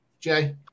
Jay